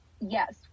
Yes